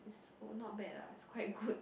it's not bad lah it's quite good